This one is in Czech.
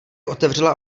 otevřela